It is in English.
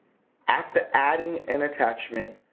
after adding an attachment,